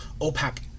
opaque